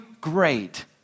great